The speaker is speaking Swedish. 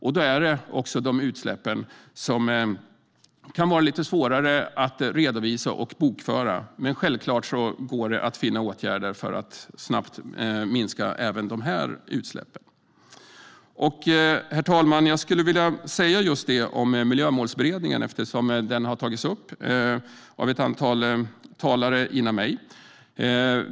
Det gäller också de utsläpp som kan vara lite svårare att redovisa och bokföra. Men självklart går det att finna åtgärder för att snabbt minska även de utsläppen. Herr talman! Jag skulle vilja säga något om Miljömålsberedningen, eftersom den har tagits upp av ett antal talare före mig.